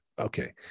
okay